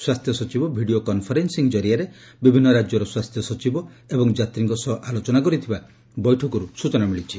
ସ୍ୱାସ୍ଥ୍ୟ ସଚିବ video conferencing କରିଆରେ ବିଭିନ୍ନ ରାଜ୍ୟର ସ୍ୱାସ୍ଥ୍ୟ ସଚିବ ଏବଂ ଯାତ୍ରୀଙ୍କ ସହ ଆଲୋଚନା କରିଥିବା ବୈଠକରୁ ସୂଚନା ମିଳିଛି